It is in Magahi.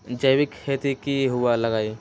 जैविक खेती की हुआ लाई?